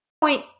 point